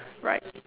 right